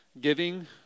Giving